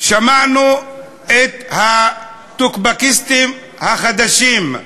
שמענו את הטוקבקיסטים החדשים,